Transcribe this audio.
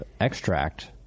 extract